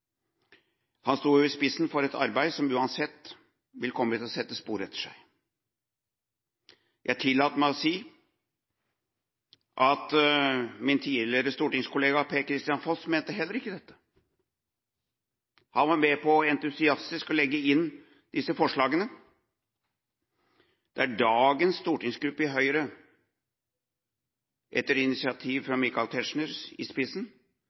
Han sto i spissen for et arbeid som uansett vil komme til å sette spor etter seg. Jeg tillater meg å si at min tidligere stortingskollega Per-Kristian Foss heller ikke mente dette. Han var entusiastisk med på å legge inn disse forslagene. Det er dagens stortingsgruppe i Høyre med Michael Tetzschner i spissen